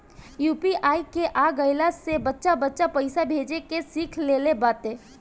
UPI के आ गईला से बच्चा बच्चा पईसा भेजे के सिख लेले बाटे